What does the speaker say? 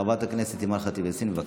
חברת הכנסת אימאן ח'טיב יאסין, בבקשה,